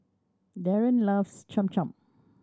Darron loves Cham Cham